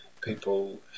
people